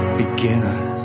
beginners